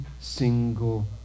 single